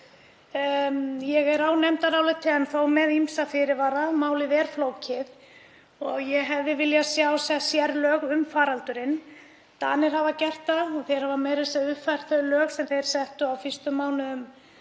Ég er á nefndarálitinu en er þó með ýmsa fyrirvara, málið er flókið, og ég hefði viljað sjá sett sérlög um faraldurinn. Danir hafa gert það og þeir hafa meira að segja uppfært þau lög sem þeir settu á fyrstu mánuðum